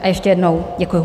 A ještě jednou děkuji.